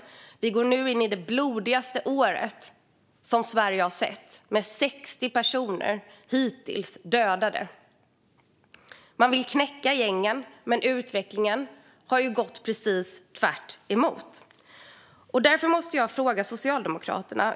Detta är dock det blodigaste året Sverige har sett, med 60 personer dödade hittills. Man vill knäcka gängen, men utvecklingen har gått åt precis motsatt håll. Därför måste jag ställa en fråga till Socialdemokraterna.